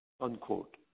Unquote